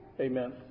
Amen